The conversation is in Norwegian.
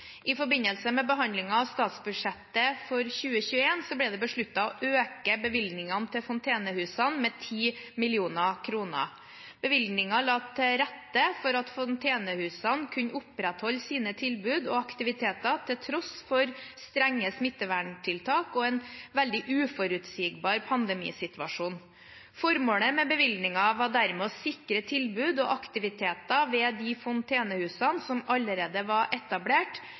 I forbindelse med behandlingen av statsbudsjettet for 2021 ble det besluttet å øke bevilgningen til fontenehusene med 10 mill. kr. Bevilgningen la til rette for at fontenehusene kunne opprettholde sine tilbud og aktiviteter til tross for strenge smitteverntiltak og en veldig uforutsigbar pandemisituasjon. Formålet med bevilgningen var dermed å sikre tilbud og aktiviteter ved de fontenehusene som allerede var etablert,